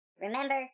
Remember